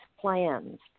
plans